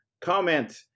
Comment